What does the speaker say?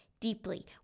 Deeply